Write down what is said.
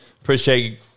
Appreciate